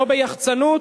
לא ביחצנות,